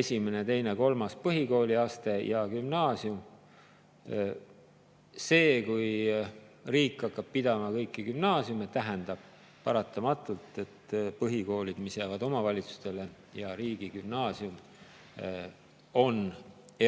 esimene, teine ja kolmas põhikooliaste ning gümnaasium. See, kui riik hakkab pidama kõiki gümnaasiume, tähendab paratamatult, et põhikoolid, mis jäävad omavalitsustele, ja riigigümnaasium on